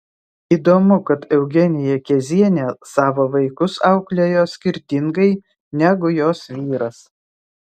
įdomu kad eugenija kezienė savo vaikus auklėjo skirtingai negu jos vyras